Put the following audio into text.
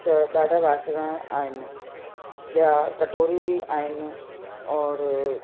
त ॾाढा ॿासण आहिनि ॿिया कटोरियूं बि आहिनि और